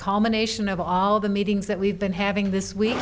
combination of all the meetings that we've been having this week